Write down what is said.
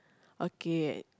okay